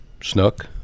snook